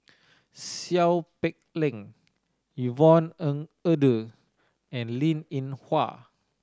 Seow Peck Leng Yvonne Ng Uhde and Linn In Hua